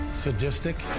sadistic